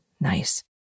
nice